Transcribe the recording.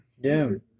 Doom